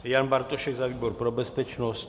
Jan Bartošek za výbor pro bezpečnost?